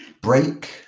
break